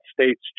states